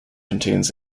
contains